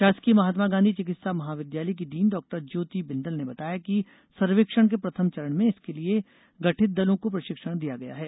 षासकीय महात्मा गांधी चिकित्सा महाविद्यालय की डीन डॉ ज्योति बिंदल ने बताया कि सर्वेक्षण के प्रथम चरण में इसके लिए गठित दलों को प्रषिक्षण दिया गया है